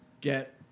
get